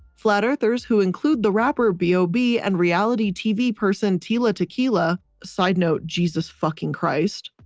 flat-earthers, who include the rapper b o b and reality tv person, tila tequila, side note, jesus fucking christ,